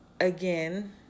Again